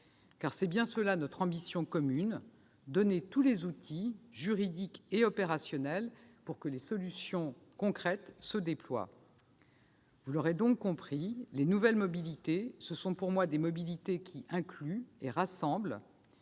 Car c'est bien cela notre ambition commune : donner tous les outils, juridiques et opérationnels pour que les solutions concrètes se déploient. Vous l'aurez donc compris, les nouvelles mobilités, ce sont pour moi des mobilités qui incluent et rassemblent.